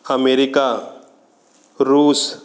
America Russia